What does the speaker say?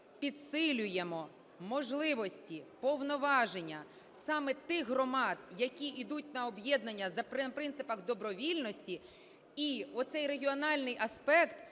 підсилюємо можливості, повноваження саме тих громад, які йдуть на об'єднання на принципах добровільності, і оцей регіональний аспект